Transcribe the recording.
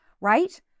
Right